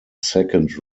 second